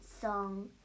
song